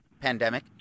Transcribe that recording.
pandemic